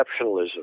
exceptionalism